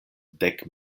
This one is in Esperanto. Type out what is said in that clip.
dek